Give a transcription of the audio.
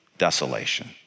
desolation